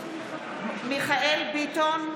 מיכאל ביטון,